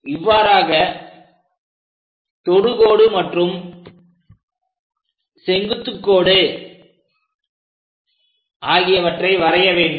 இவ்வாறாக தொடுகோடு மற்றும் செங்குத்துக் கோடு ஆகியவற்றை வரைய வேண்டும்